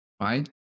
right